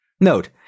Note